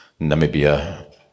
Namibia